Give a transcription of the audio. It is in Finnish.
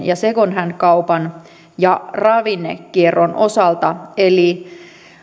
ja secondhand kaupan ja ravinnekierron osalta eli kun